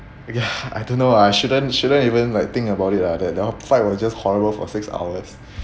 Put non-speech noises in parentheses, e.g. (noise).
okay (breath) I don't know I shouldn't shouldn't even like think about it lah that our flight were just horrible for six hours